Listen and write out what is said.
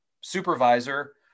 supervisor